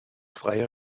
freier